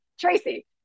Tracy